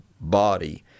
body